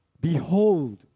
behold